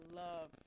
love